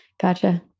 gotcha